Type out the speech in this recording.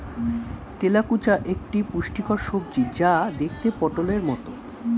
তেলাকুচা একটি পুষ্টিকর সবজি যা দেখতে পটোলের মতো